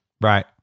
Right